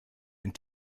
and